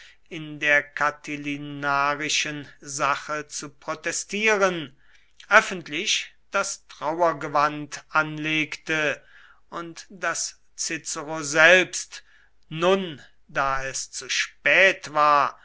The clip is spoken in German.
in der catilinarischen sache zu protestieren öffentlich das trauergewand anlegte und daß cicero selbst nun da es zu spät war